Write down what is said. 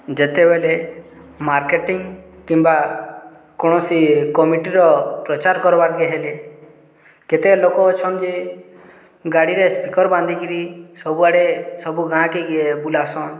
ଯେତେବେଳେ ମାର୍କେଟିଂ କିମ୍ବା କୌଣସି କମିଟିର ପ୍ରଚାର୍ କର୍ବାକେ ହେଲେ କେତେ ଲୋକ୍ ଅଛନ୍ଯେ ଗାଡ଼ିରେ ସ୍ପିକର୍ ବାନ୍ଧିକିରି ସବୁଆଡେ ସବୁ ଗାଁକେ ବୁଲାସନ୍